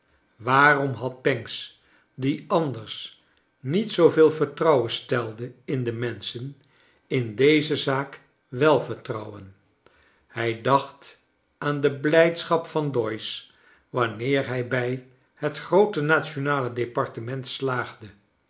waarom had pancks die anders niet zooveel vertrouwen stelde in de menschen in deze zaak we vertrouwen hij dacht aan de blijdschap van doyce wanneer hij bij het groote rationale departement slaagde